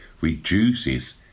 reduces